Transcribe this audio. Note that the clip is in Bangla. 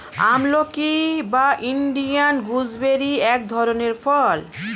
আমলকি বা ইন্ডিয়ান গুসবেরি এক ধরনের ফল